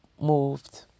moved